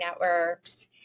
networks